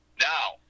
Now